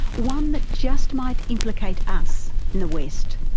one that just might implicate us in the west.